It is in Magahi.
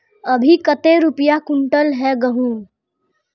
अभी कते रुपया कुंटल है गहुम?